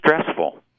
stressful